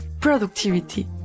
productivity